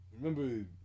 remember